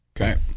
Okay